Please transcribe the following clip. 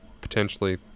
potentially